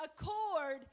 Accord